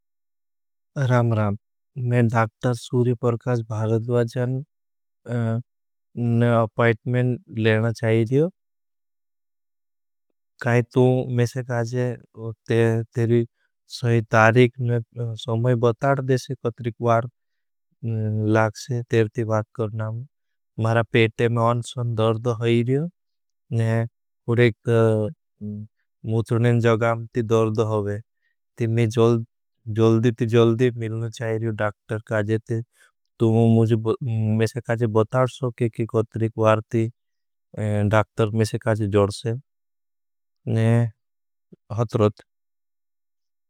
राम राम, मैं डाक्टर सूरी परकाश भारतवाजन न अपाइटमेन लेना चाही रहा हूँ। काई तू मेशे काजे तेरी सही तारीक समय बताड़ देशे कतरी कबार लागसे तेर ती बात करना हूँ। मारा पेटे में अन्सुन दर्द हो ही रही हूँ। मूत्रनें जगाम ती दर्द होगे। ती मैं जल्दी ती जल्दी मिलना चाही रही हूँ डाक्टर काजे ते। तू मुझे मेशे काजे बताड़ सो के कि कतरी कबार ती डाक्टर मेशे काजे जड़से। ने हतरत।